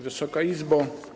Wysoka Izbo!